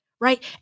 right